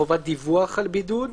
חובת דיווח על בידוד,